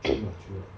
true lah true lah